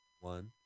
one